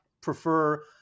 prefer